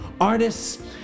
artists